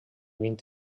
vint